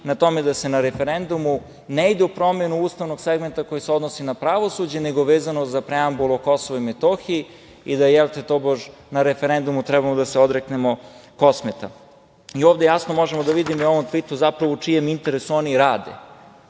na tome da se na referendumu ne ide u promenu ustavnog segmenta koji se odnosi na pravosuđe, nego vezano za preambulu o Kosovu i Metohiji i da tobož na referendumu treba da se odreknemo Kosmeta. Ovde jasno možemo da vidimo i u ovom tvitu zapravo u čijem interesu oni rade,